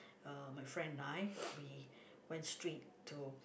uh my friend and I we went straight to